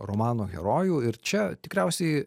romano herojų ir čia tikriausiai